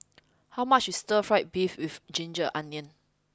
how much is stir fried beef with ginger onions